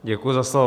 Děkuji za slovo.